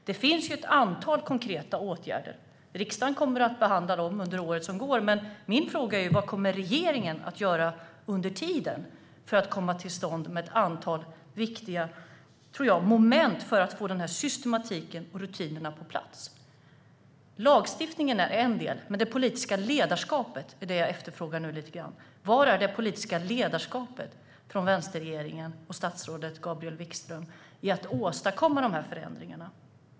Det finns ett antal konkreta åtgärder, och riksdagen kommer att behandla dem under året. Men min fråga är vad regeringen kommer att göra under tiden för att få till stånd ett antal viktiga moment för att få systematiken och rutinerna på plats. Lagstiftningen är en del, men det politiska ledarskapet är det jag efterfrågar. Var är det politiska ledarskapet från vänsterregeringen och statsrådet Gabriel Wikström för att åstadkomma de här förändringarna?